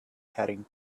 heading